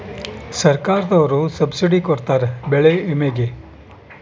ಸರ್ಕಾರ್ದೊರು ಸಬ್ಸಿಡಿ ಕೊಡ್ತಾರ ಬೆಳೆ ವಿಮೆ ಗೇ